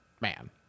man